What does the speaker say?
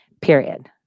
Period